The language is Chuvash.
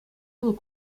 вӑл